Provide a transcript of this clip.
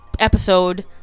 episode